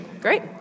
Great